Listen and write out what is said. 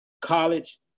college